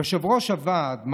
יושב-ראש הוועד,